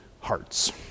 hearts